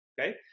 Okay